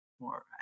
more